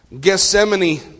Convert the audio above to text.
Gethsemane